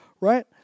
Right